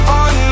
on